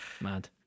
Mad